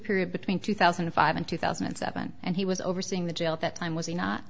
period between two thousand and five and two thousand and seven and he was overseeing the jail at that time was he not